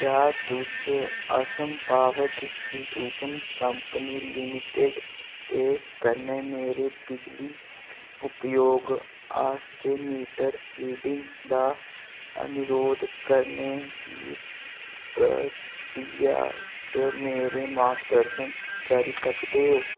क्या तुस Assam power distribution company limited ते कन्नै मेरे बिजली उपयोग आस्तै मीटर रीडिंग दा अनुरोध करने दी प्रक्रिया च मेरे मार्गदर्शन करी सकदे ओ